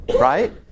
right